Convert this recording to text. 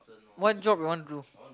one job you wanna do